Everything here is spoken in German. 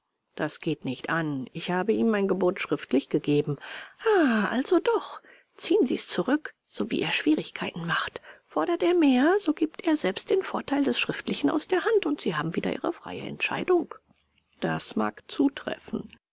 das geht nicht an ich habe ihm mein gebot schriftlich gegeben ah also doch ziehen sie's zurück sowie er schwierigkeiten macht fordert er mehr so gibt er selbst den vorteil des schriftlichen aus der hand und sie haben wieder ihre freie entscheidung das mag zutreffen